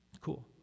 Cool